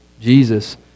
Jesus